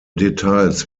details